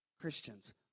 Christians